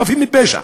חפים מפשע.